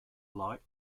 like